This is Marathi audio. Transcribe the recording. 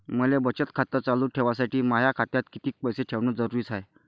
मले बचत खातं चालू ठेवासाठी माया खात्यात कितीक पैसे ठेवण जरुरीच हाय?